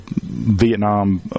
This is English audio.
Vietnam